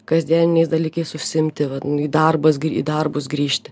kasdieniniais dalykais užsiimti vat nu į darbas į darbus grįžti